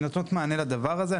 הן נותנות מענה לדבר הזה.